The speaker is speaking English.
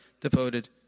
devoted